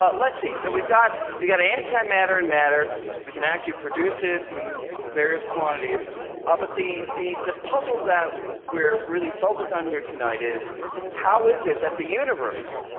ah let's see so we've got we got antimatter and matter we can actually produce it in various quantities up at the the the puzzle that we're really focused on here tonight is how is it that the universe?